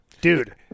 Dude